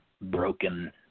broken